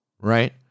right